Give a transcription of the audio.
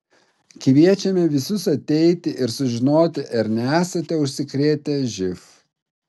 kviečiame visus ateiti ir sužinoti ar nesate užsikrėtę živ